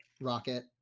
Rocket